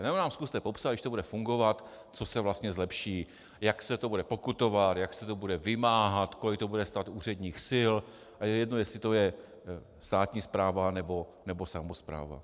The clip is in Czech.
Nebo nám zkuste popsat, když to bude fungovat, co se vlastně zlepší, jak se to bude pokutovat, jak se to bude vymáhat, kolik to bude stát úředních sil, a je jedno, jestli to je státní správa, nebo samospráva.